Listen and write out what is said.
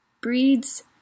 breeds